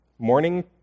morning